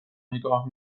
نگاه